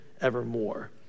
evermore